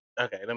Okay